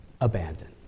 abandon